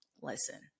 listen